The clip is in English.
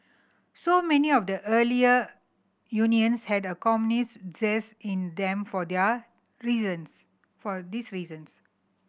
so many of the earlier unions had a communist zest in them for their reasons for this reasons